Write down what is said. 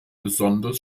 besonders